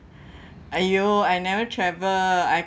!aiyo! I never travel I